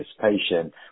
participation